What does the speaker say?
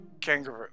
Kangaroo